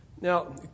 Now